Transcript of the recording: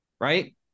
right